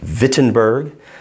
Wittenberg